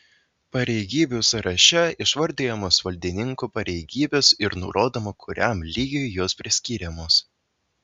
pareigybių sąraše išvardijamos valdininkų pareigybės ir nurodoma kuriam lygiui jos priskiriamos